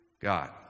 God